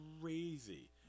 crazy